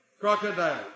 crocodile